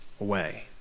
away